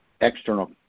external